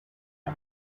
the